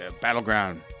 Battleground